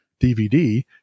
dvd